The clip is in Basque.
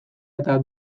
eta